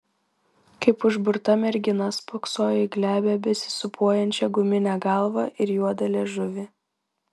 kaip užburta mergina spoksojo į glebią besisūpuojančią guminę galvą ir juodą liežuvį